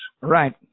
Right